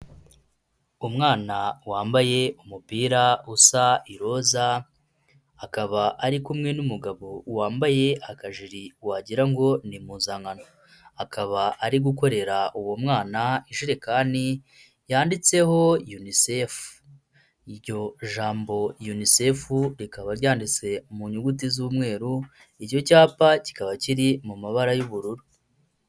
Umwana wambaye umupira usa iroza, akaba ari kumwe n'umugabo wambaye akajiri wagira ngo ni impuzankano. Akaba ari gukorera uwo mwana ijerekani yanditseho UNICEF, iryo jambo UNICEF rikaba ryanditse mu nyuguti z'umweru, icyo cyapa kikaba kiri mu mabara y'ubururu.